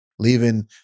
leaving